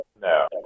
No